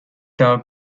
tao